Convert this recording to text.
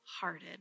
hearted